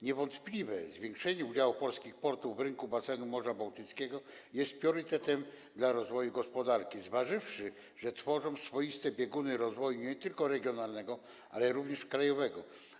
Niewątpliwie zwiększenie udziału polskich portów w rynku basenu Morza Bałtyckiego jest priorytetem dla rozwoju gospodarki, zważywszy na to, że tworzą one swoiste bieguny rozwoju nie tylko regionalnego, ale również krajowego.